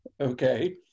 Okay